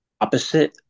Opposite